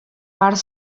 part